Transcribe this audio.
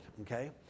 okay